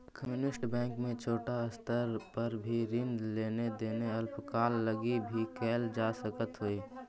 community bank में छोटा स्तर पर भी ऋण लेन देन अल्पकाल लगी भी कैल जा सकऽ हइ